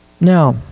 Now